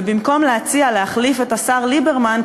ובמקום להציע להחליף את השר ליברמן,